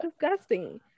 Disgusting